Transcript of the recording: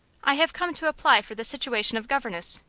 i have come to apply for the situation of governess,